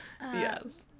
yes